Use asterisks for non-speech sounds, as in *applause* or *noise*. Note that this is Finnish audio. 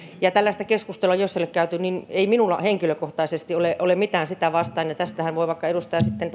ja jos tällaista keskustelua ei ole käyty niin ei minulla henkilökohtaisesti ole ole mitään sitä vastaan tästähän voi vaikka edustaja sitten *unintelligible*